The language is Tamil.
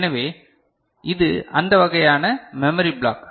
எனவே இது அந்த வகையான மெமரி பிளாக்